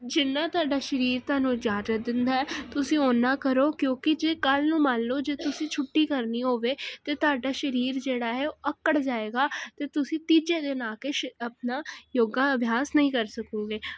ਜਿੰਨਾ ਤੁਹਾਡਾ ਸ਼ਰੀਰ ਤੁਹਾਨੂੰ ਇਜਾਜਤ ਦਿੰਦਾ ਐ ਤੁਸੀਂ ਓਨਾ ਕਰੋ ਕਿਉਂਕੀ ਜੇ ਕੱਲ ਨੂੰ ਮੰਨ ਲੋ ਜੇ ਤੁਸੀਂ ਛੁੱਟੀ ਕਰਨੀ ਹੋਵੇ ਤੇ ਤਾਡਾ ਸ਼ਰੀਰ ਜਿਹੜਾ ਹੈ ਆਕੜ ਜਾਏਗਾ ਤੇ ਤੁਸੀਂ ਤੀਜੇ ਦਿਨ ਆ ਕੇ ਸ਼ ਆਪਨਾ ਯੋਗਾ ਅਭਿਆਸ ਨਹੀਂ ਕਰ ਸਕੋਗੇ